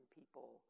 people